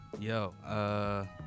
yo